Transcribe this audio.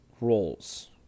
roles